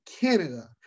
Canada